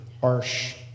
harsh